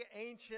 ancient